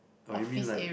oh you mean like